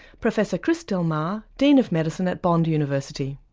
professor chris del mar, dean of medicine at bond university.